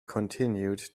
continued